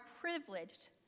privileged